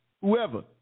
whoever